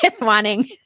wanting